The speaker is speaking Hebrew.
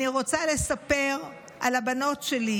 אני רוצה לספר על הבנות שלי,